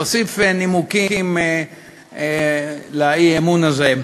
להוסיף נימוקים לאי-אמון הזה.